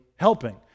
helping